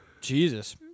Jesus